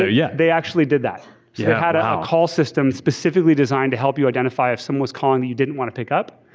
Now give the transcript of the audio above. yeah, they actually did that. they yeah had a call system specifically designed to help you identify if someone was calling that you didn't want to pick up.